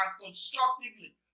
constructively